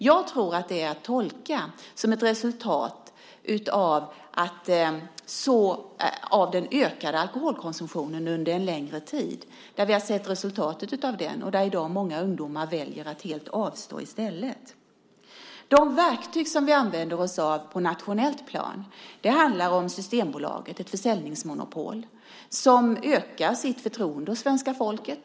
Jag tror att det ska tolkas som ett resultat av den ökade alkoholkonsumtionen under en längre tid. Vi har ju sett resultatet av den. I dag väljer många ungdomar i stället att helt avstå från alkohol. Ett av de verktyg som vi använder oss av på det nationella planet är Systembolaget, ett försäljningsmonopol, som får ökat förtroende hos svenska folket.